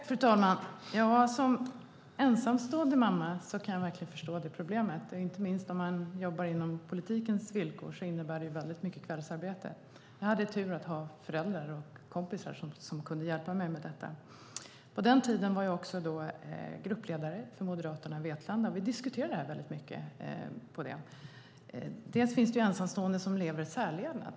Fru talman! Som ensamstående mamma kan jag verkligen förstå det problemet, inte minst eftersom jag jobbar inom politiken med dess villkor, som innebär väldigt mycket kvällsarbete. Jag hade tur att ha föräldrar och kompisar som kunde hjälpa mig med detta. På den tiden var jag gruppledare för Moderaterna i Vetlanda. Vi diskuterade detta väldigt mycket. Det finns ensamstående som lever i särlevnad.